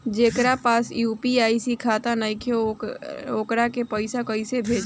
जेकरा पास यू.पी.आई खाता नाईखे वोकरा के पईसा कईसे भेजब?